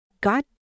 God